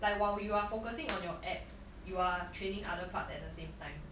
I don't kwow like while you are focusing on your abs you are training other parts at the same time